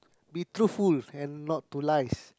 be truthful and not to lies